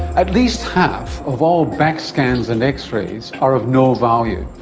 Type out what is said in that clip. at least half of all back scans and x-rays are of no value.